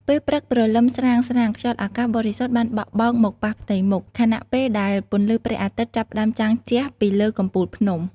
ពេលព្រឹកព្រលឹមស្រាងៗ ខ្យល់អាកាសបរិសុទ្ធបានបក់បោកមកប៉ះផ្ទៃមុខ ខណៈពេលដែលពន្លឺព្រះអាទិត្យចាប់ផ្តើមចាំងជះពីលើកំពូលភ្នំ។